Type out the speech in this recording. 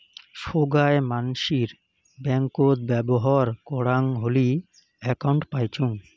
সোগায় মানসির ব্যাঙ্কত ব্যবহর করাং হলি একউন্ট পাইচুঙ